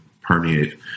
permeate